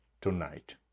tonight